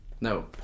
No